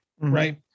Right